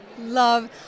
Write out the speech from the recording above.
love